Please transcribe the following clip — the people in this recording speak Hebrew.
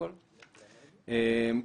ניהלתי בית ספר לכדורגל של הפועל ---.